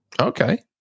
Okay